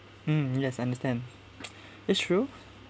mm yes understand it's true